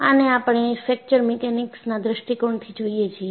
આને આપણે ફ્રેક્ચર મિકેનિક્સના દૃષ્ટિકોણથી જોઈએ છીએ